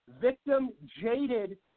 victim-jaded